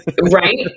Right